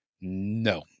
No